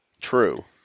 True